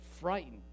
frightened